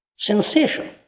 Sensation